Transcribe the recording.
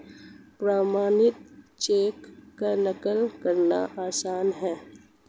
प्रमाणित चेक की नक़ल करना आसान है